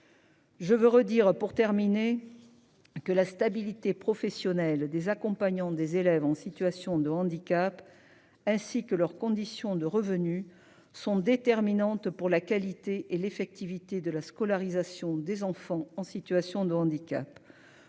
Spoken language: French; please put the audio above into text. Je veux redire pour terminer. Que la stabilité professionnel des accompagnants des élèves en situation de handicap ainsi que leur conditions de revenus sont déterminantes pour la qualité et l'effectivité de la scolarisation des enfants en situation de handicap.